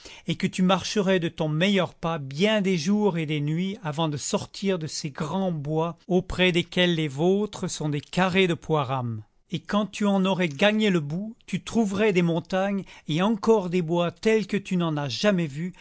et que tu marcherais de ton meilleur pas bien des jours et des nuits avant de sortir de ces grands bois auprès desquels les vôtres sont des carrés de pois rames et quand tu en aurais gagné le bout tu trouverais des montagnes et encore des bois tels que tu n'en as jamais vus